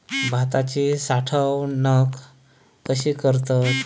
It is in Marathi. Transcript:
भाताची साठवूनक कशी करतत?